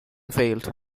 field